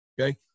okay